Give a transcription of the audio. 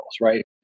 right